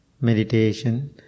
meditation